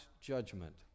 judgment